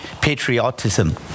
patriotism